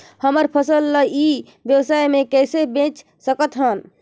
हमर फसल ल ई व्यवसाय मे कइसे बेच सकत हन?